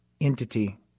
entity